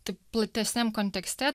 tik platesniam kontekste